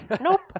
nope